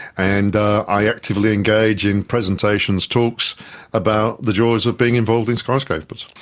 and i actively engage in presentations, talks about the joys of being involved in skyscrapers.